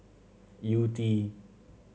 Yew Tee